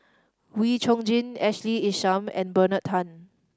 Wee Chong Jin Ashley Isham and Bernard Tan